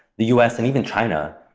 the us, and even china,